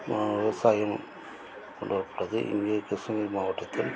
விவசாயம் கொண்டு வரப்பட்டது இங்கே கிருஷ்ணகிரி மாவட்டத்தில்